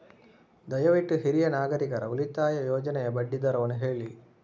ದಯವಿಟ್ಟು ಹಿರಿಯ ನಾಗರಿಕರ ಉಳಿತಾಯ ಯೋಜನೆಯ ಬಡ್ಡಿ ದರವನ್ನು ಹೇಳಿ